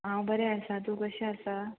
हांव बरें आसा तूं कशें आसा